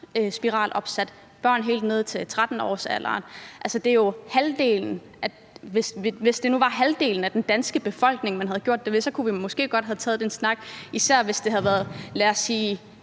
spiral, og børn helt ned til 13-årsalderen. Altså, hvis det nu var halvdelen af den danske befolkning, man havde gjort det ved, kunne vi måske godt have taget den snak, især hvis det havde været, lad os sige